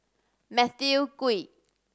Matthew Ngui